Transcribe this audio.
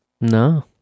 No